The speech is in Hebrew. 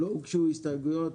לא הוגשו הסתייגויות,